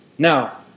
Now